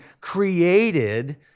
created